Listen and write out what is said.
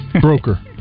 Broker